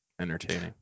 entertaining